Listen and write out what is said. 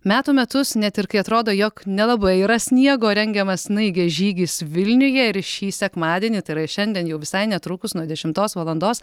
metų metus net ir kai atrodo jog nelabai yra sniego rengiamas snaigės žygis vilniuje ir šį sekmadienį tai yra šiandien jau visai netrukus nuo dešimtos valandos